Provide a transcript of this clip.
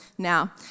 Now